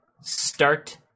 start